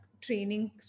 training